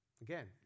Again